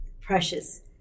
precious